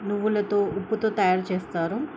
నువ్వులతో ఉప్పుతో తయారు చేస్తారు